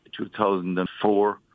2004